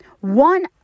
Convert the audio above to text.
One